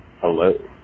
Hello